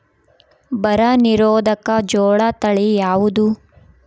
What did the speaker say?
ಬರ ನಿರೋಧಕ ಜೋಳ ತಳಿ ಯಾವುದು?